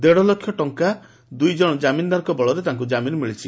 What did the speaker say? ଦେତ ଲକ୍ଷ ଟଙ୍କା ଦୁଇ ଜାମିନଦାରଙ୍କ ବଦଳରେ ତାଙ୍କୁ ଜାମିନ ମିଳିଛି